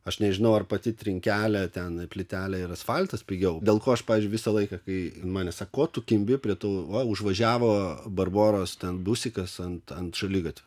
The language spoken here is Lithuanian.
aš nežinau ar pati trinkelė ten plytelė ar asfaltas pigiau dėl ko aš pavyzdžiui visą laiką kai man sako ko tu kimbi prie tų va užvažiavo barboros ten busikas ant ant šaligatvio